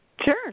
Sure